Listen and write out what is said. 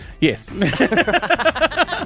yes